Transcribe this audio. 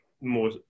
more